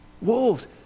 wolves